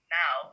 now